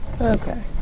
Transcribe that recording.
Okay